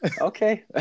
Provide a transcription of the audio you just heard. okay